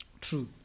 True